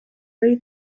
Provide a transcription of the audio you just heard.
lõi